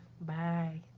bye